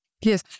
Yes